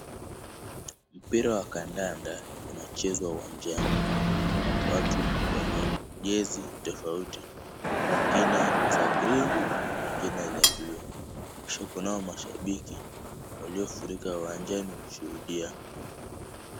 Mpira wa kandanda unachezwa uwanjani. Watu wenye jezi tofauti wengine za green wengine za buluu. Kisha kunao mashabiki waliofurika uwanjani kushuhudia.